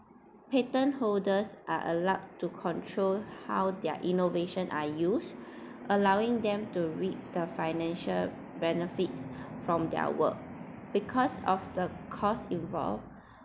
patent holders are allowed to control how their innovation are used allowing them to reach the financial benefits from their work because of the costs involved